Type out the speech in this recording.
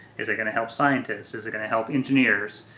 is it gonna help scientists, is it gonna help engineers?